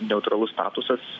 neutralus statusas